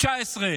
2019,